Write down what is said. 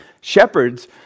shepherds